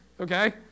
okay